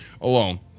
alone